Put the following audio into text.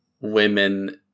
women